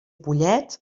pollets